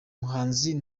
muhanzi